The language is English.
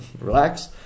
relax